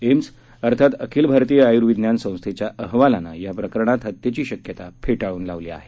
AIIMS अर्थात अखिल भारतीय आयुर्विज्ञान संस्थेच्या अहवालानं या प्रकरणात हत्येची शक्यता फेटाळून लावली आहे